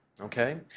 okay